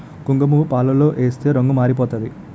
కుంకుమపువ్వు పాలలో ఏస్తే రంగు మారిపోతాది